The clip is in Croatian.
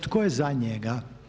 Tko je za njega?